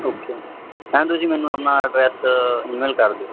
okay ਤੁਸੀਂ ਮੈਨੂੰ ਆਪਣਾ ਐਡਰੈਸ ਈਮੇਲ ਕਰ ਦਿਓ